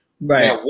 Right